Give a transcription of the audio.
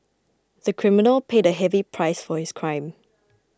the criminal paid a heavy price for his crime